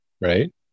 Right